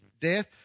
death